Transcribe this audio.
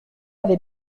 avez